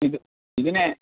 Mithu മിഥുനേ